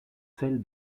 celle